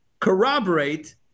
corroborate